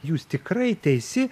jūs tikrai teisi